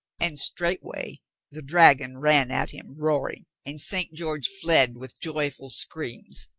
and straightway the dragon ran at him roaring and st. george fled with joyful screams,